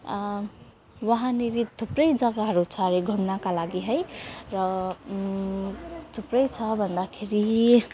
वहाँनेरि थुप्रै जग्गाहरू छ अरे घुम्नका लागि है र ठिकै छ भन्दाखेरि